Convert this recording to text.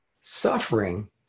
Suffering